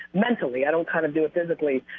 mentally i don't kind of do it physically,